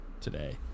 today